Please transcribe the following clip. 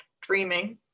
dreaming